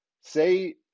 say